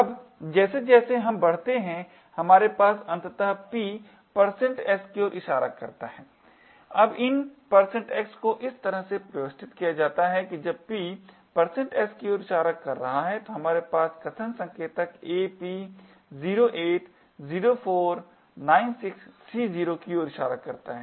अब जैसे जैसे हम बढ़ते हैं हमारे पास अंततः p s की ओर इशारा होता है अब इन xs को इस तरह से व्यवस्थित किया जाता है कि जब p s की ओर इशारा कर रहा है तो हमारे पास कथन संकेतक ap 080496C0 की ओर इशारा करते हैं